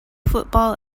football